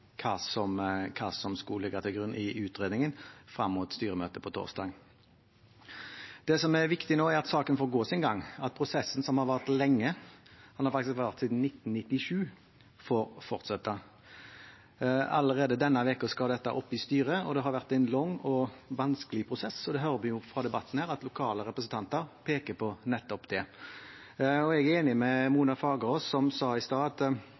hva som skulle ligge til grunn i utredningen frem mot styremøtet på torsdag. Det som er viktig nå, er at saken får gå sin gang, at prosessen, som har vart lenge – faktisk siden 1997 – får fortsette. Allerede denne uken skal dette opp i styret. Det har vært en lang og vanskelig prosess, og vi hører jo i debatten her at lokale representanter peker på nettopp det. Jeg er enig med representanten Mona Fagerås, som i stad sa at